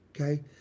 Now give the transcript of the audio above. Okay